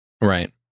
Right